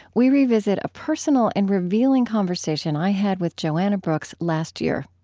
we revisit a personal and revealing conversation i had with joanna brooks last year.